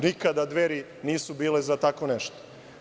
Nikada Dveri nisu bile za tako nešto.